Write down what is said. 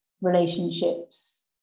relationships